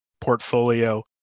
portfolio